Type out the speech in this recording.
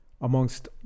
amongst